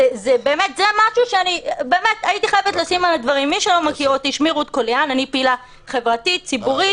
מי שלא מכיר אותי, אני פעילה חברתית, ציבורית.